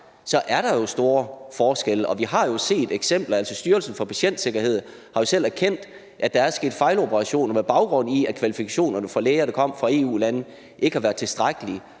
– er der store forskelle, og Styrelsen for Patientsikkerhed har jo selv erkendt, at der er sket fejloperationer, med baggrund i at kvalifikationerne hos læger, der kom fra EU-lande, ikke har været tilstrækkelige.